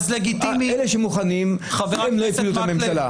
אלה שמוכנים לא הפילו את הממשלה,